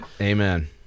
Amen